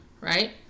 right